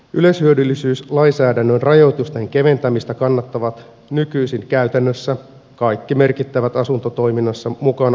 yleishyödyllisyyslainsäädännön rajoitusten keventämistä kannattavat nykyisin käytännössä kaikki merkittävät asuntotoiminnassa mukana olevat tahot